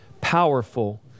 powerful